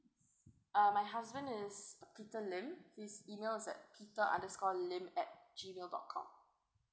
uh my husband is peter lim his email is at peter underscore lim at G mail dot com